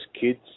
kids